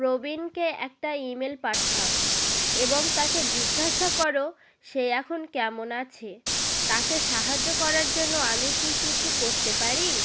প্রবীণকে একটা ইমেল পাঠাও এবং তাকে জিজ্ঞাসা করো সে এখন কেমন আছে তাকে সাহায্য করার জন্য আমি কি কিছু করতে পারি